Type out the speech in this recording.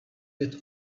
that